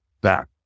back